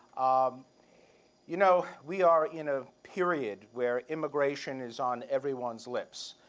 um you know we are in a period where immigration is on everyone's lips,